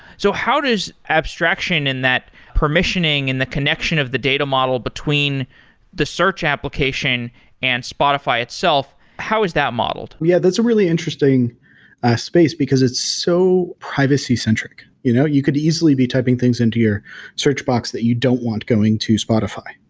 so how does abstraction in that permissioning in the connection of the data model between the search application and spotify itself how is that modelled? yeah, that's a really interesting space, because it's so privacy-centric. you know you could easily be typing things into your search box that you don't want going to spotify,